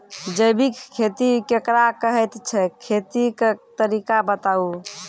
जैबिक खेती केकरा कहैत छै, खेतीक तरीका बताऊ?